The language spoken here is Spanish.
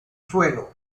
suelo